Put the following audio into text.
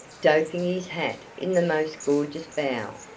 doffing his hat in the most gorgeous bow.